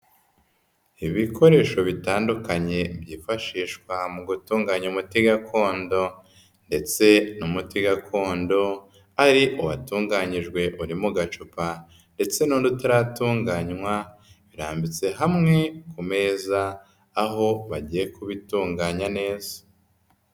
Ibikoresho bitandukanye byifashishwa mu gutunganya umuti gakondo ndetse n'umuti gakondo ari uwatunganyijwe uri mu gacupa ndetse n'undi utaratunganywa birambitse hamwe ku meza, aho bagiye kubitunganya neza.